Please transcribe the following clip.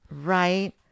Right